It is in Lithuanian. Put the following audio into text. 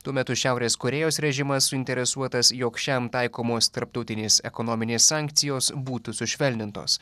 tuo metu šiaurės korėjos režimas suinteresuotas jog šiam taikomos tarptautinės ekonominės sankcijos būtų sušvelnintos